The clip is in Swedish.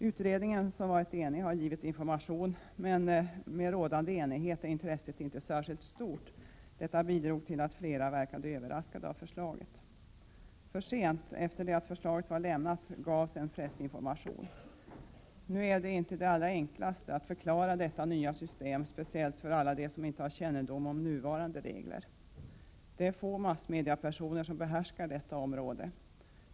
Utredningen, som varit enig, har givit information, men med rådande enighet är intresset inte särskilt stort, vilket också detta bidrog till att flera verkade överraskade av förslaget. Först sent — efter det att förslaget var lämnat — gavs en pressinformation. Nu är det ju inte det allra enklaste att förklara detta nya system, speciellt inte för alla dem som inte har kännedom om nuvarande regler. Det är få massmediapersoner som behärskar detta område.